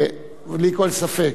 בלי כל ספק.